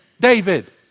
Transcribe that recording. David